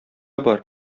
бар